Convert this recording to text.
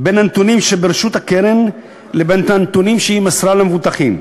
בין הנתונים שברשות הקרן לבין הנתונים שהיא מסרה למבוטחים,